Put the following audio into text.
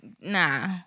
Nah